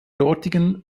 dortigen